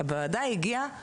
הוועדה הגיעה ניטרלית.